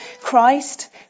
Christ